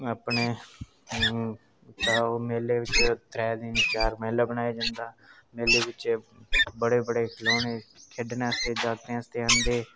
अपने ता ओह् मेले बिच त्रै दिन चार मेला मनाया जंदा मेले बिच बड़े बड़े खढोने खेढने आस्तै जागतें आस्तै औंदे